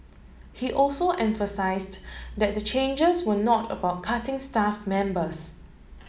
he also emphasised that the changes were not about cutting staff members